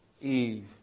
Eve